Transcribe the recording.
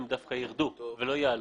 הם לא יעלו.